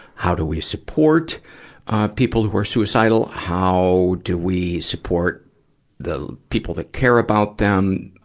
how do we support people who are suicidal? how do we support the people that care about them,